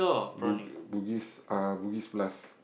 bu~ Bugis ah Bugis-Plus